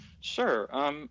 Sure